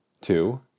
Two